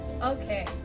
Okay